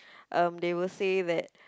um they will say that